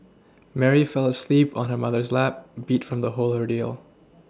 Mary fell asleep on her mother's lap beat from the whole ordeal